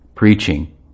preaching